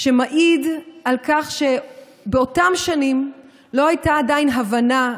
שזה גם מעיד על כך שבאותן שנים לא הייתה עדיין הבנה,